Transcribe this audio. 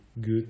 good